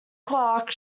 clark